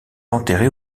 enterrée